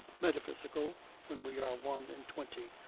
metaphysical when we are one-and twenty,